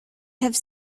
have